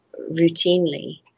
routinely